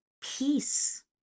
Peace